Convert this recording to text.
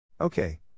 Okay